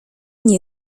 nie